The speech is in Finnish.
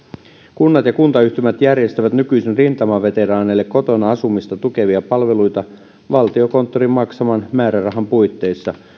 kunnat ja kuntayhtymät järjestävät nykyisin rintamaveteraaneille kotona asumista tukevia palveluita valtiokonttorin maksaman määrärahan puitteissa